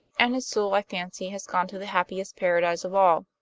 and his soul, i fancy, has gone to the happiest paradise of all.